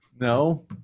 no